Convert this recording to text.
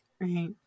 Right